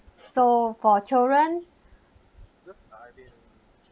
so for children